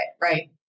Right